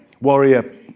Warrior